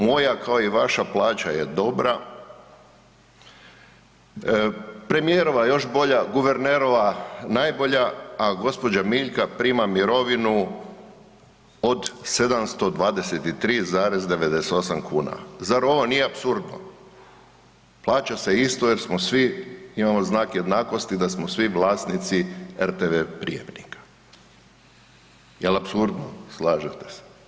Moja kao i vaša plaća je dobra, premijerova još bolja, guvernerova najbolja, a gđa. Miljka prima mirovinu od 723,98 kuna, zar ovo nije apsurdno, plaća se isto jer smo svi, imamo znak jednakosti da smo svi vlasnici RTV prijamnika, jel apsurdno, slažete se?